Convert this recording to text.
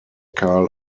karl